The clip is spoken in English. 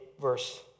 verse